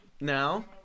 now